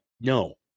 No